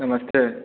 नमस्ते